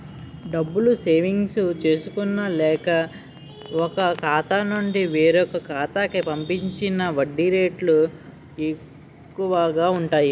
డబ్బులు సేవింగ్స్ చేసుకున్న లేక, ఒక ఖాతా నుండి వేరొక ఖాతా కి పంపించిన వడ్డీ రేట్లు ఎక్కువు గా ఉంటాయి